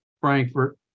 Frankfurt